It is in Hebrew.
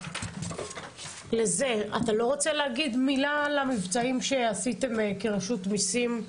אתה לא רוצה להגיד מילה על המבצעים שעשיתם כרשות מיסים?